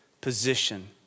position